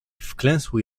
wklęsły